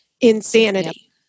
insanity